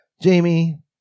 Jamie